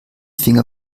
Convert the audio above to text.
finger